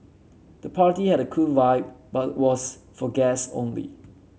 the party had a cool vibe but was for guest only